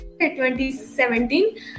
2017